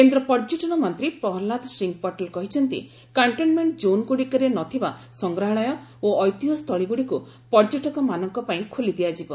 କେନ୍ଦ୍ର ପର୍ଯ୍ୟଟନ ମନ୍ତ୍ରୀ ପ୍ରହଲ୍ଲାଦ ସିଂହ ପଟେଲ କହିଛନ୍ତି କଣ୍ଟେନମେଣ୍ଟ ଜୋନ୍ ଗୁଡ଼ିକରେ ନଥିବା ସଂଗ୍ରହାଳୟ ଓ ଐତିହ୍ୟ ସ୍ଥଳୀଗୁଡ଼ିକୁ ପର୍ଯ୍ୟଟକମାନଙ୍କ ପାଇଁ ଖୋଲି ଦିଆଯିବ